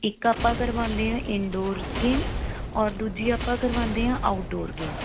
ਇੱਕ ਆਪਾਂ ਕਰਵਾਉਂਦੇ ਹਾਂ ਇਨਡੋਰਜ਼ ਗੇਮ ਔਰ ਦੂਜੀ ਆਪਾਂ ਕਰਵਾਉਂਦੇ ਹਾਂ ਆਊਟਡੋਰ ਗੇਮ